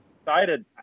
excited